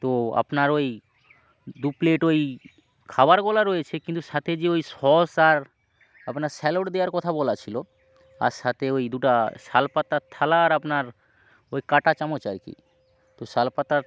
তো আপনার ওই দু প্লেট ওই খাবারগুলো রয়েছে কিন্তু সাথে যে ওই সস আর আপনার স্যালাড দেওয়ার কথা বলা ছিল আর সাথে ওই দুটো শাল পাতার থালা আর আপনার ওই কাঁটা চামচ আর কি তো শাল পাতার